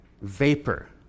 vapor